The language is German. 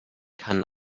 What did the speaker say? kann